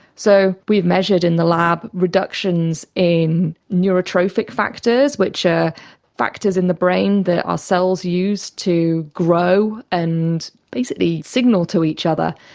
so we've measured in the lab reductions in neurotrophic factors which are factors in the brain that our cells use to grow and basically signal to each other.